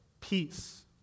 peace